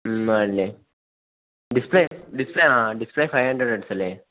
മ്മ് ആണല്ലേ display display ആ display five hundred ഹെർട്സല്ലേ